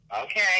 Okay